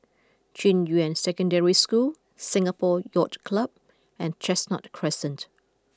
Junyuan Secondary School Singapore Yacht Club and Chestnut Crescent